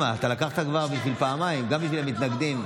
אתה לקחת כבר בשביל פעמיים, גם בשביל המתנגדים.